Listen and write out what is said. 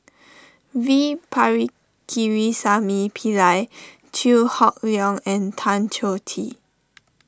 V Pillai Chew Hock Leong and Tan Choh Tee